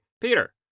Peter